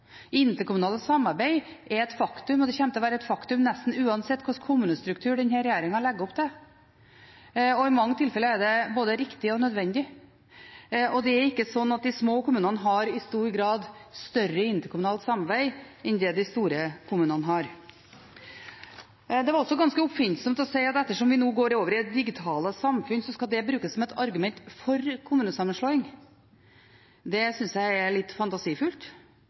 interkommunale samarbeid. Interkommunale samarbeid er et faktum, og det kommer til å være et faktum nesten uansett hvilken kommunestruktur denne regjeringen legger opp til. I mange tilfeller er det både riktig og nødvendig. Det er ikke slik at de små kommunene har i stor grad større interkommunalt samarbeid enn det de store kommunene har. Det var også ganske oppfinnsomt at det at vi nå går over i det digitale samfunn, skal brukes som et argument for kommunesammenslåing. Det synes jeg er litt fantasifullt.